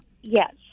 Yes